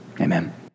Amen